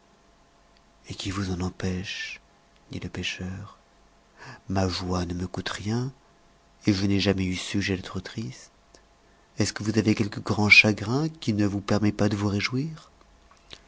et qui vous en empêche dit le pêcheur ma joie ne me coûte rien et je n'ai jamais eu sujet d'être triste est-ce que vous avez quelque grand chagrin qui ne vous permet pas de vous réjouir